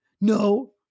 no